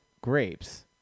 grapes